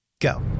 go